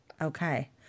okay